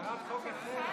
ירד חוק אחר.